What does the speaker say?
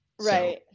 Right